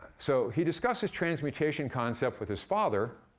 so he discussed his transmutation concept with his father,